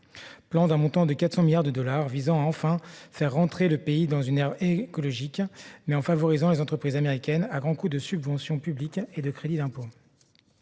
doté d'un montant de 400 milliards de dollars, vise à faire enfin entrer le pays dans une ère écologique, mais en favorisant les entreprises américaines à grands coups de subventions publiques et de crédits d'impôt.